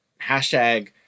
hashtag